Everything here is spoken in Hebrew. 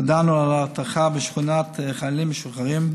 הודענו על הרתחה בשכונת חיילים משוחררים.